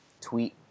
tweet